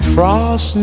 Frost